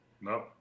No